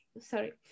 sorry